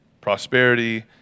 prosperity